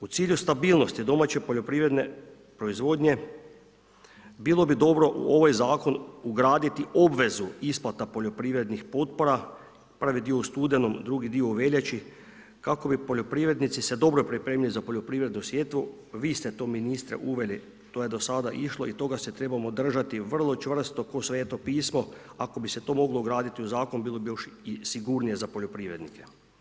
U cilju stabilnosti domaće poljoprivredne proizvodnje bilo bi dobro u ovaj zakon ugraditi obvezu isplata poljoprivrednih potpora, prvi dio u studenom, drugi dio u veljači, kako bi poljoprivrednici se dobro pripremili za poljoprivrednu sjetvu, vi ste to ministre uveli, to je do sad išlo i toga se trebamo držati vrlo čvrsto ko Sveto pismo, ako bi se to moglo ugraditi u zakon bilo bi još i sigurnije za poljoprivrednike.